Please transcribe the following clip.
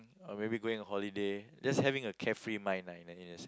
or maybe going to holiday just having a carefree mind lah in a sense